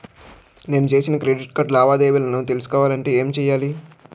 నేను చేసిన credit card లావాదేవీలను తెలుసుకోవాలంటే ఏం చేయాలి?